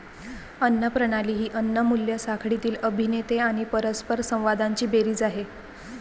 अन्न प्रणाली ही अन्न मूल्य साखळीतील अभिनेते आणि परस्परसंवादांची बेरीज आहे